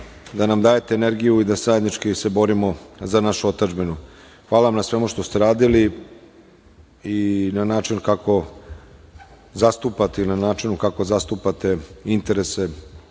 da nam dajete energiju i da zajednički se borimo za našu otadžbinu. Hvala vam na svemu što ste radili i na načinu kako zastupate interese,